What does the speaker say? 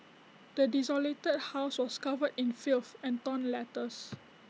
the desolated house was covered in filth and torn letters